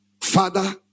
Father